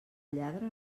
lladre